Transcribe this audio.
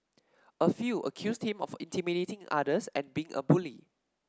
a few accused him of intimidating others and being a bully